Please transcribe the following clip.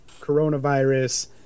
coronavirus